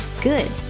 Good